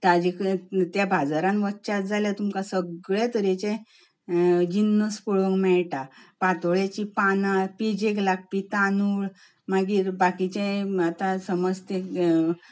ताजे त्या बाजारांच वचशात जाल्यार तुमकां सगळ्या तरेचे जिनस पळोवंक मेळटा पातोळेची पानां पेजेक लागपी तांदूळ मागीर बाकीचें आतां समज तें